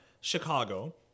Chicago